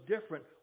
different